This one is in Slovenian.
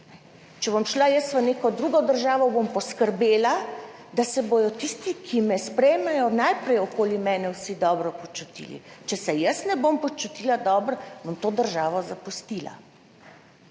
Če bom šla jaz v neko drugo državo, bom poskrbela, da se bodo tisti, ki me sprejmejo najprej okoli mene vsi dobro počutili. Če se jaz ne bom počutila dobro, bom to državo zapustila.